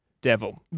devil